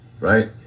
right